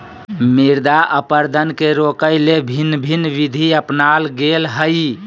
मृदा अपरदन के रोकय ले भिन्न भिन्न विधि अपनाल गेल हइ